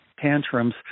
tantrums